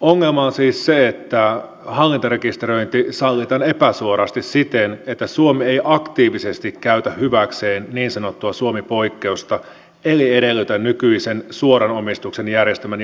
ongelma on siis se että hallintarekisteröinti sallitaan epäsuorasti siten että suomi ei aktiivisesti käytä hyväkseen niin sanottua suomi poikkeusta eli edellytä nykyisen suoran omistuksen järjestelmän